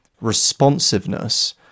responsiveness